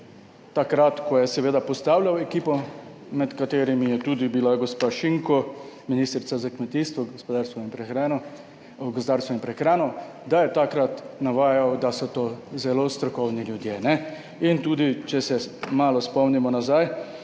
takrat, ko je seveda postavljal ekipo med katerimi je tudi bila gospa Šinko, ministrica za kmetijstvo, gozdarstvo in prehrano, da je takrat navajal, da so to zelo strokovni ljudje. In tudi, če se malo spomnimo nazaj,